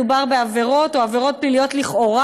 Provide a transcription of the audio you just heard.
בוודאי כשמדובר בעבירות או בעבירות פליליות לכאורה,